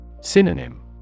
Synonym